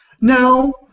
No